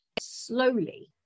slowly